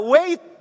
Wait